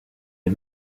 est